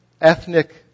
ethnic